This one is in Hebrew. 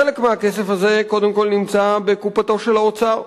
חלק מהכסף הזה, קודם כול, נמצא בקופתו של האוצר.